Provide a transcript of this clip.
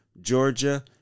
Georgia